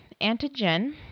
antigen